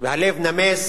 והלב נמס